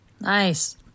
Nice